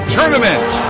Tournament